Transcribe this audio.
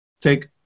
take